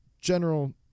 General